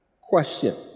Question